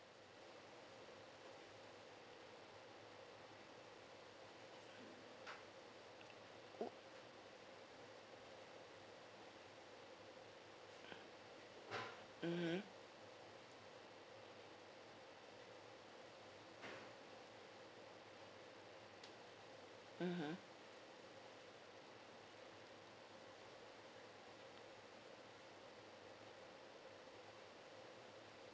mmhmm mmhmm